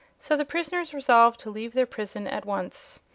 so the prisoners resolved to leave their prison at once.